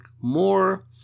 more